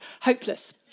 Hopeless